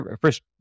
First